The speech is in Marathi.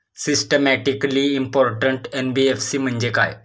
सिस्टमॅटिकली इंपॉर्टंट एन.बी.एफ.सी म्हणजे काय?